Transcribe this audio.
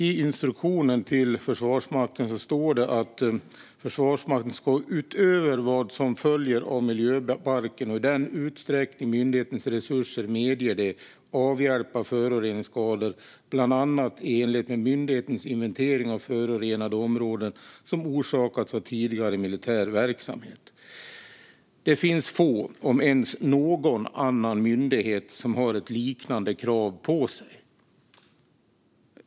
I instruktionen till Försvarsmakten står det att Försvarsmakten ska, utöver vad som följer av miljöbalken och i den utsträckning myndighetens resurser medger det, avhjälpa föroreningsskador bland annat i enlighet med myndighetens inventering av förorenade områden som orsakats av tidigare militär verksamhet. Det finns få andra myndigheter, om ens någon, som har ett liknande krav på sig.